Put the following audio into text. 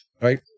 Right